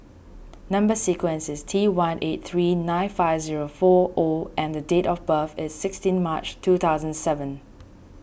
Number Sequence is T one eight three nine five zero four O and the date of birth is sixteen March two thousand seven